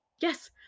Yes